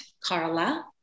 Carla